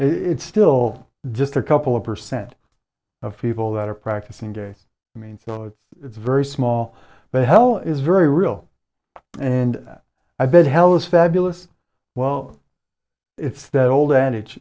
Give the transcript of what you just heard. it's still just a couple of percent of people that are practicing day i mean it's very small but hell is very real and i bet hell is fabulous well it's that old adage